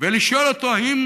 ולשאול אותו: האם